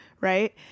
Right